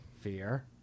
fear